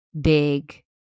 Big